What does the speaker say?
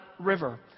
River